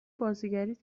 بازیگریت